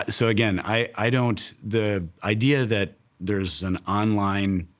so, again, i, i don't. the idea that there's an online,